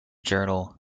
journal